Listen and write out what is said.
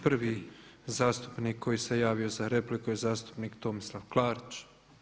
Prvi zastupnik koji se javio za repliku je zastupnik Tomislav Klarić.